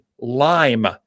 lime